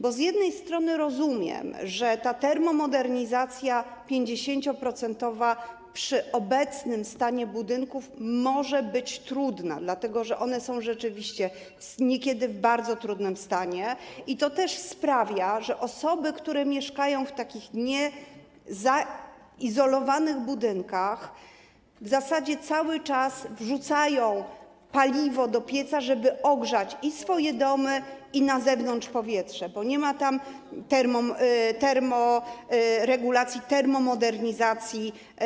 Bo z jednej strony rozumiem, że ta 50-procentowa termomodernizacja przy obecnym stanie budynków może być trudna, dlatego że one są rzeczywiście niekiedy w bardzo trudnym stanie, i to też sprawia, że osoby, które mieszkają w takich niezaizolowanych budynkach w zasadzie cały czas wrzucają paliwo do pieca, żeby ogrzać i swoje domy, i na zewnątrz powietrze, bo nie ma tam, w tych budynkach, termoregulacji, termomodernizacji.